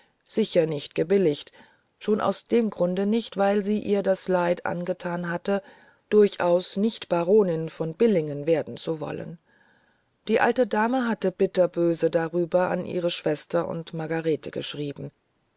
sicher nicht gebilligt schon aus dem grunde nicht weil sie ihr das leid angethan hatte durchaus nicht baronin von billingen werden zu wollen die alte dame hatte bitterböse darüber an ihre schwester und margarete geschrieben